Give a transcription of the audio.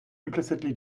implicitly